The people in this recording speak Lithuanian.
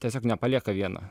tiesiog nepalieka vieno